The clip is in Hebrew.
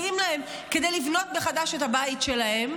את הפיצויים שמגיעים להם כדי לבנות מחדש את הבית שלהם,